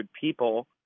people